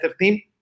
team